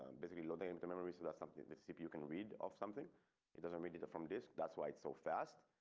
basically loaded into memory so that's something the cpu can read off something it doesn't read it it from disk that's why it's so fast.